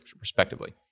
respectively